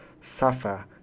suffer